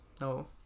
No